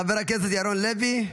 חבר הכנסת ירון לוי,